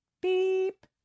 Beep